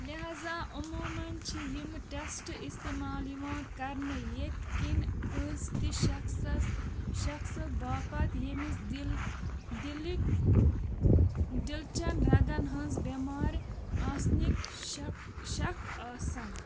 لہذا عموٗماً چھِ یِم ٹٮ۪سٹ استعمال یِوان کرنہٕ ییٚتہِ کِنۍ کٲنٛسہِ تہِ شخصَس شخصہٕ باپت ییٚمِس دِل دِلہِ دِل چَن رگن ہٕنٛز بٮ۪مارِ آسنٕکۍ شک شک آسَن